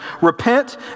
Repent